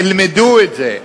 תלמדו את זה.